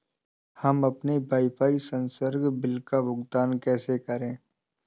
हम अपने वाईफाई संसर्ग बिल का भुगतान कैसे करें?